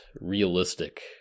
realistic